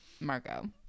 marco